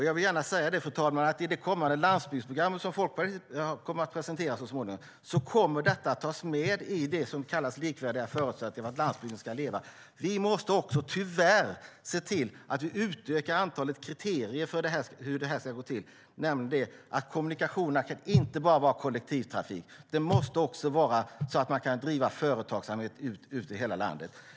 Jag vill gärna säga, fru talman, att i det landsbygdsprogram som Folkpartiet kommer att presentera så småningom kommer detta att tas med i det som kallas likvärdiga förutsättningar för att landsbygden ska leva. Vi måste också tyvärr se till att utöka antalet kriterier för hur det ska gå till, nämligen att kommunikationerna inte bara ska vara kollektivtrafik utan också att man kan driva företagsamhet i hela landet.